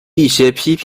一些